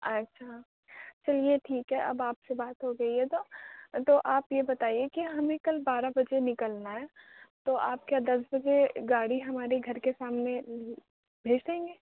اچھا چلیے ٹھیک ہے اب آپ سے بات ہو گئی تو تو آپ یہ بتائیے کہ ہمیں کل بارہ بجے نکلنا ہے تو آپ کیا دس بجے گاڑی ہماری گھر کے سامنے بھیج دیں گے